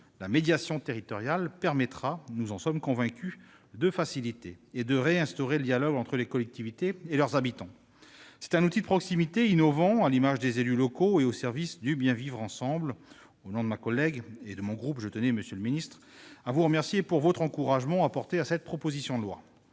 La médiation territoriale permettra, nous en sommes convaincus, de faciliter ou de réinstaurer le dialogue entre les collectivités et leurs habitants. C'est un outil de proximité, innovant, à l'image des élus locaux et au service du bien vivre ensemble. Au nom de ma collègue et de mon groupe, je tiens à vous remercier, monsieur le ministre, d'avoir encouragé cette proposition de loi.